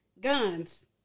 guns